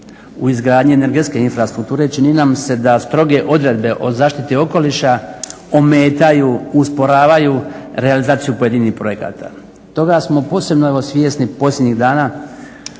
u izgradnji energetske infrastrukture čini nam se da stroge odredbe o zaštiti okoliša ometaju, usporavaju, realizaciju pojedinih projekata. Toga smo posebno evo svjesni posljednjih dana